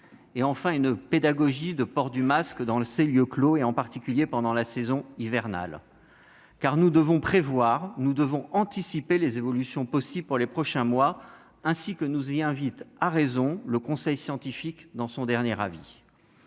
clos ; pédagogie sur le port du masque dans les lieux clos, en particulier pendant la saison hivernale. Car nous devons prévoir, anticiper les évolutions possibles pour les prochains mois, ainsi que nous y invite à raison le Conseil scientifique dans son dernier avis.